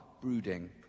brooding